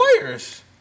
players